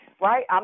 right